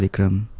but come